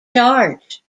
charge